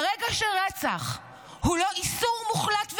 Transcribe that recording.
ברגע שרצח הוא לא איסור מוחלט וגורף,